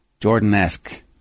Jordan-esque